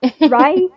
right